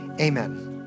Amen